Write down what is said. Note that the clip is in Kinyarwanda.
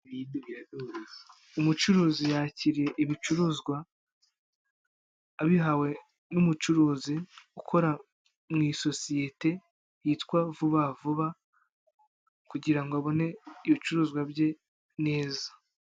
Umucuruzi yakiriye ibicuruzwa abihawe n'umucuruzi ukora mu isosiyete yitwa Vuba vuba kugira ngo abone ibicuruzwa bye neza.